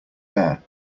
bare